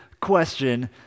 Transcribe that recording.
question